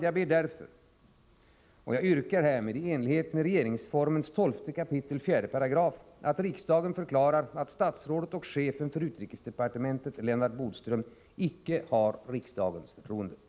Jag yrkar därmed i enlighet med 12 kap. 4 § regeringsformen att riksdagen förklarar att statsrådet och chefen för utrikesdepartementet Lennart Bodström icke har riksdagens förtroende.